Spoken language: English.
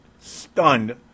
stunned